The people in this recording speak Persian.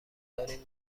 دارین